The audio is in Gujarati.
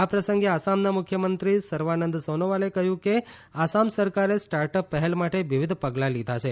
આ પ્રસંગે આસામના મુખ્યમંત્રી સર્વાનંદ સોનોવાલે કહ્યું કે આસામ સરકારે સ્ટાર્ટ અપ પહેલ માટે વિવિધ પગલાં લીધાં છે